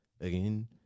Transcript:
again